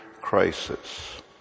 crisis